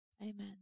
Amen